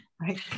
right